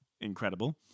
incredible